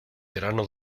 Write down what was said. grano